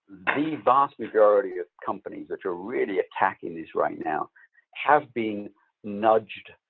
the vast majority of companies that are really attacking this right now have been nudged,